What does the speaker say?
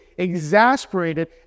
exasperated